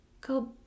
Go